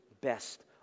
best